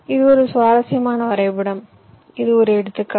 இது ஒரு சுவாரஸ்யமான வரைபடம் இது ஒரு எடுத்துக்காட்டு